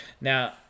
Now